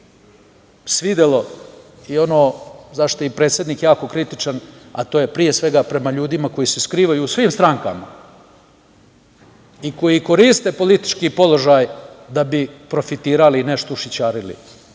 svidelo jako i ono za šta je i predsednik jako kritičan, a to je pre svega prema ljudima koji se skrivaju u svim strankama i koji koriste politički položaj da profitiralo i nešto ušićarili.